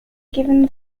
given